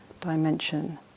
dimension